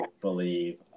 believe